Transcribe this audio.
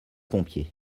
pompiers